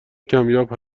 کمیاب